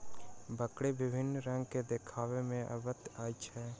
बकरी विभिन्न रंगक देखबा मे अबैत अछि